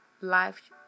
life